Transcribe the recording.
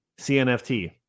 cnft